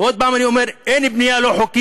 עוד פעם אני אומר: אין בנייה לא חוקית,